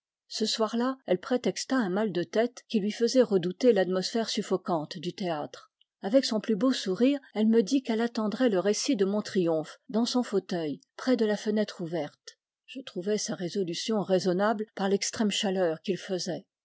ce soir-là elle prétexta un mal de tête qui lui faisait redouter l'atmosphère suflbcante du théâtre avec son plus beau sourire elle me dit qu'elle attendrait le récit de mon triomphe dans son fauteuil près de la fenêtre ouverte je trouvai sa résolution raisonnable par l'extrême chaleur qu'il faisait